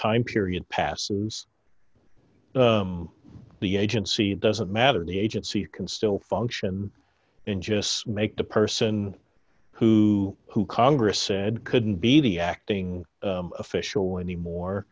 time period passed since um the agency doesn't matter the agency can still function and just make the person who who congress said couldn't be the acting official anymore